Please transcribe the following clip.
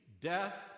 death